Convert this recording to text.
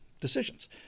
decisions